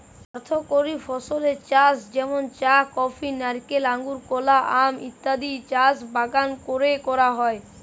অর্থকরী ফসলের চাষ যেমন চা, কফি, নারকেল, আঙুর, কলা, আম ইত্যাদির চাষ বাগান কোরে করা হয়